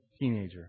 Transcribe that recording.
teenager